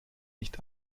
nicht